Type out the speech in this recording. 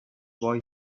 boy